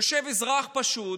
יושב אזרח פשוט,